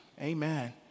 amen